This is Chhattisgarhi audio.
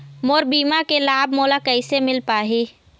मोर बीमा के लाभ मोला कैसे मिल पाही?